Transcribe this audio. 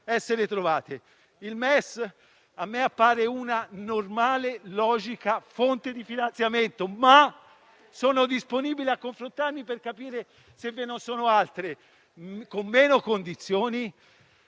finanziarie. Il MES a me appare una normale, logica fonte di finanziamento, ma sono disponibile a confrontarmi per capire se ve ne siano altre, con meno condizioni